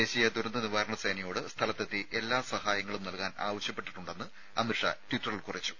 ദേശീയ ദുരന്ത നിവാരണ സേനയോട് സ്ഥലത്തെത്തി എല്ലാ സഹായങ്ങളും നൽകാനാവശ്യപ്പെട്ടിട്ടുണ്ടെന്ന് അമിത് ഷാ ട്വിറ്ററിൽ കുറിച്ചു